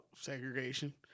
segregation